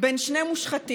בין שני מושחתים,